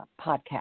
podcast